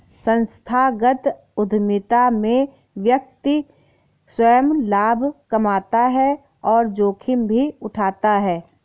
संस्थागत उधमिता में व्यक्ति स्वंय लाभ कमाता है और जोखिम भी उठाता है